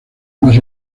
más